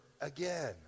again